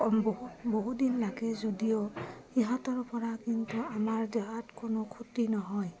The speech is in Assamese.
সেই বহুদিন লাগে যদিও সিহঁতৰপৰা কিন্তু আমাৰ দেহত কোনো ক্ষতি নহয়